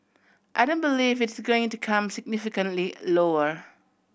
I don't believe it's going to come significantly a lower